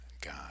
God